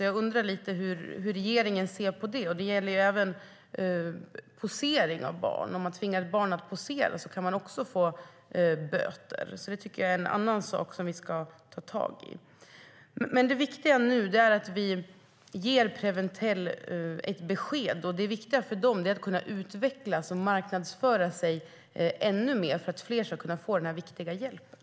Jag undrar hur regeringen ser på det. Det gäller även posering av barn. Om man tvingar ett barn att posera kan man också få böter. Det tycker jag är en annan sak som vi ska ta tag i. Det viktiga nu är att vi ger Preventell ett besked. Det viktiga för dem är att kunna utvecklas och marknadsföra sig ännu mer för att fler ska kunna få den viktiga hjälpen.